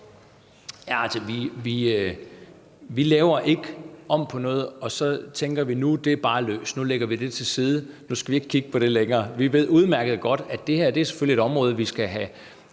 Altså, vi laver ikke om på noget og tænker, at nu er det bare løst; nu lægger vi det til side; nu skal vi ikke kigge på det længere. Vi ved udmærket godt, at det her selvfølgelig er et område, vi skal have